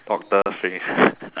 doctor strange